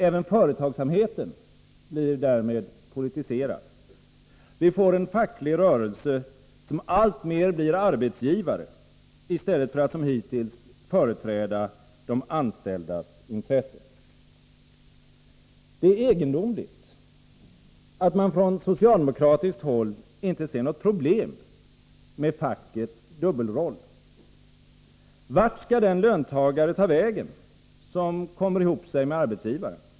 Även företagsamheten blir därmed politiserad. Vi får en facklig rörelse som alltmer blir arbetsgivare i stället för att som hittills företräda de anställdas intressen. Det är egendomligt att man från socialdemokratiskt håll inte ser något problem med fackets dubbelroll. Vart skall den löntagare ta vägen som kommer ihop sig med arbetsgivaren?